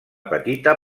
petita